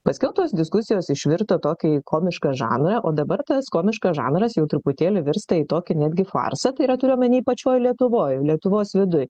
paskelbtos diskusijos išvirto tokį komišką žanrą o dabar tas komiškas žanras jau truputėlį virsta į tokį netgi farsą tai yra turiu omeny pačioj lietuvoj lietuvos viduj